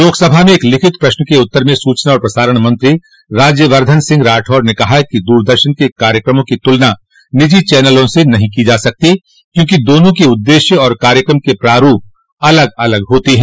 लोकसभा में एक लिखित प्रश्न के उत्तर में सूचना और प्रसारण मंत्री राज्यवर्द्वन सिंह राठौड ने कहा कि दूरदर्शन के कार्यक्रमों की तुलना निजी चनलों से नहीं की जा सकती क्योंकि दोनों के उद्देश्य और कार्यक्रम के प्रारूप अलग अलग होते हैं